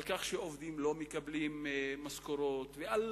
על כך שעובדים לא מקבלים משכורות ועל